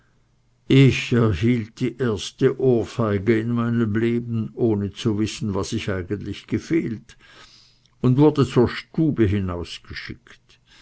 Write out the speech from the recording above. ich erhielt die erste ohrfeige in meinem leben ohne zu wissen was ich eigentlich gefehlt und wurde zur stube hinausgeschickt